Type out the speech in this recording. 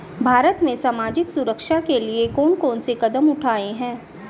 भारत में सामाजिक सुरक्षा के लिए कौन कौन से कदम उठाये हैं?